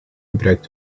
gebruikt